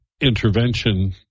intervention